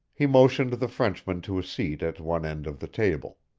he motioned the frenchman to a seat at one end of the table.